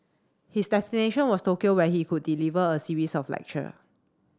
his destination was Tokyo where he could deliver a series of lecture